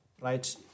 Right